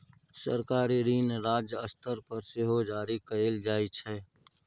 सरकारी ऋण राज्य स्तर पर सेहो जारी कएल जाइ छै